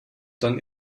dann